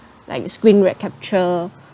like a screen capture